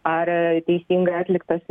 ar teisingai atliktas